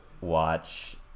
watch